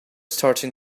starting